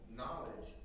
knowledge